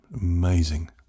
Amazing